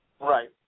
Right